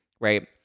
right